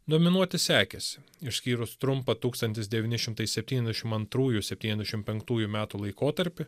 dominuoti sekėsi išskyrus trumpą tūkstantis devyni šimtai septyniasdešim antrųjų septyniasdešim penktųjų metų laikotarpį